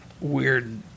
weird